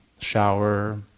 shower